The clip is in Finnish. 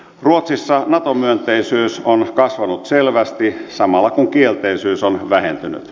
ruotsissa nato myönteisyys on kasvanut selvästi samalla kun kielteisyys on vähentynyt